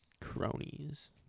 Cronies